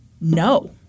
no